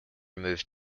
moved